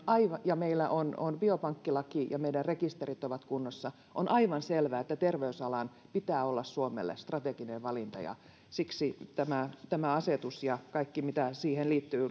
ja meillä on on biopankkilaki ja meidän rekisterit ovat kunnossa on aivan selvää että terveysalan pitää olla suomelle strateginen valinta ja siksi tämä tämä asetus ja kaikki lainsäädäntö mitä siihen liittyy